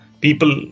people